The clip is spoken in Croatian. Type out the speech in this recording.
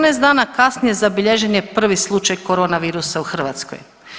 14 dana kasnije zabilježen je prvi slučaj koronavirusa u Hrvatskoj.